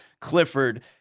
Clifford